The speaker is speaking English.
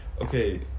Okay